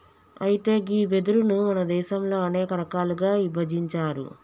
అయితే గీ వెదురును మన దేసంలో అనేక రకాలుగా ఇభజించారు